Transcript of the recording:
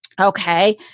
okay